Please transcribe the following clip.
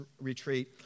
retreat